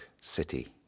City